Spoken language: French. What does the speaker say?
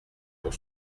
pour